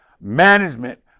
management